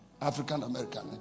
African-American